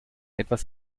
etwas